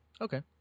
okay